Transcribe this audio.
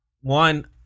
One